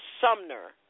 Sumner